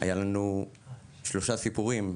היה לנו שלושה סיפורים,